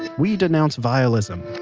ah we denounce vialism.